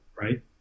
right